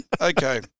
Okay